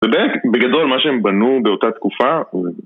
זה בערך, בגדול, מה שהם בנו באותה תקופה